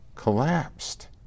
collapsed